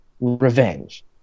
revenge